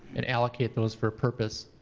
and allocate those for a purpose,